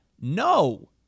No